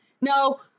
No